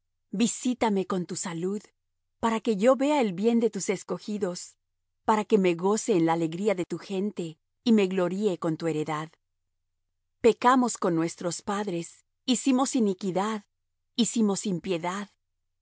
visítame con tu salud para que yo vea el bien de tus escogidos para que me goce en la alegría de tu gente y me gloríe con tu heredad pecamos con nuestros padres hicimos iniquidad hicimos impiedad